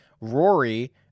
Rory